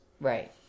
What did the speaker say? Right